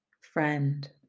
friend